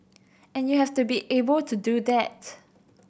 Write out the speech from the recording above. and you have to be able to do that